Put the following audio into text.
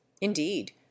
indeed